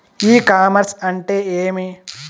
ఇ commerce అంటే ఏమి?